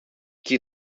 qui